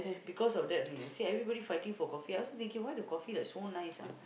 because of that only I see everybody fighting for coffee I also thinking why the coffee like so nice ah